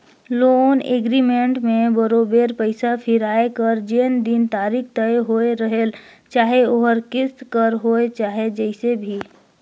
loan agreement में बरोबेर पइसा फिराए कर जेन दिन तारीख तय होए रहेल चाहे ओहर किस्त कर होए चाहे जइसे भी